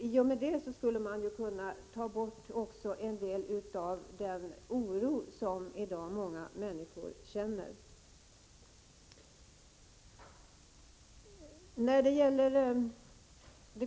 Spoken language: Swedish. I och med detta skulle man ju också kunna skingra en del av den oro som många människor i dag känner.